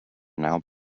now